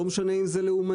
לא משנה אם זה לאומני,